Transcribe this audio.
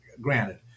granted